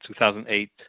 2008